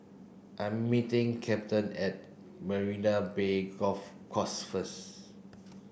I am meeting Captain at Marina Bay Golf Course first